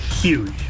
Huge